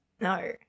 No